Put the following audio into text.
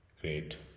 great